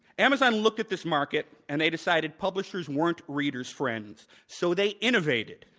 amazon looked at this market and they decided publishers weren't reader's friends. so, they innovated.